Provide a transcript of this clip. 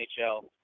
NHL